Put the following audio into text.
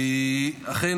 אכן,